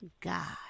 god